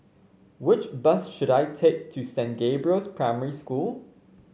which bus should I take to Saint Gabriel's Primary School